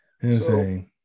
Insane